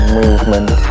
movement